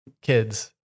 kids